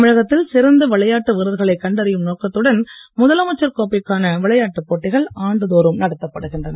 தமிழகத்தில் சிறந்த விளையாட்டு வீரர்களை கண்டறியும் நோக்கத்துடன் முதலமைச்சர் கோப்பைக்கான விளையாட்டுப் போட்டிகள் ஆண்டுதோறும் நடத்தப்படுகின்றன